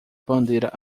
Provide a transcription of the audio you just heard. bandeira